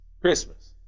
Christmas